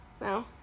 No